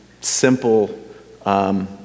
simple